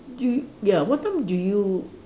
do ya what time do you